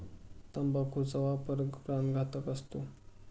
तंबाखूचा वापर प्राणघातक असतो